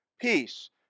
peace